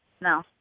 no